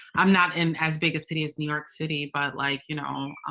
i'm not in as big a city as new york city, but like, you know,